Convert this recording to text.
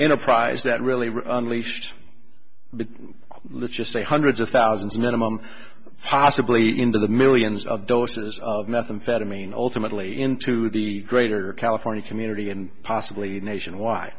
a prize that really leashed but let's just say hundreds of thousands of minimum possibly into the millions of doses of methamphetamine ultimately into the greater california community and possibly nationwide